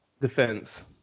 defense